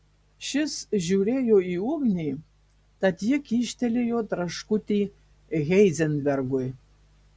šis žiūrėjo į ugnį tad ji kyštelėjo traškutį heizenbergui